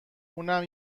اونم